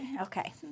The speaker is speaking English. okay